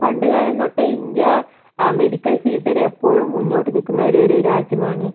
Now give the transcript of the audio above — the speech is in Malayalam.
പണ്ടുകാലം തൊട്ടേ ഇന്ത്യ മെഡിക്കൽ ഫീൽഡിൽ എപ്പോഴും മുന്നോട്ടു നിൽക്കുന്ന ഒരേയൊരു രാജ്യമാണ്